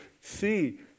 see